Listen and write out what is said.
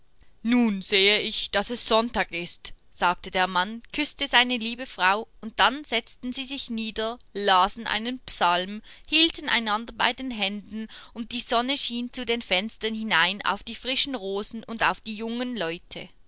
nun sehe ich daß es sonntag ist sagte der mann küßte seine liebe frau und dann setzten sie sich nieder lasen einen psalm hielten einander bei den händen und die sonne schien zu den fenstern hinein auf die frischen rosen und auf die jungen leute